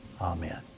Amen